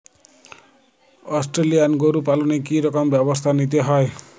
Australian গরু পালনে কি রকম ব্যবস্থা নিতে হয়?